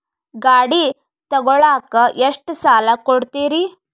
ಗಾಡಿ ತಗೋಳಾಕ್ ಎಷ್ಟ ಸಾಲ ಕೊಡ್ತೇರಿ?